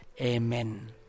amen